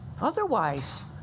otherwise